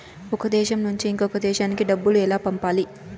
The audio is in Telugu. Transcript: ఒక దేశం నుంచి ఇంకొక దేశానికి డబ్బులు ఎలా పంపాలి?